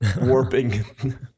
warping